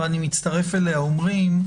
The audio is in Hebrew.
ואני מצטרף אליה אומרים,